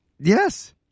Yes